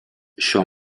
šios